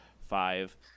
Five